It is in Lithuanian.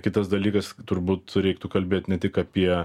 kitas dalykas turbūt reiktų kalbėt ne tik apie